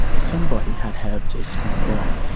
somebody had helped a small boy,